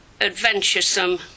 adventuresome